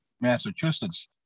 Massachusetts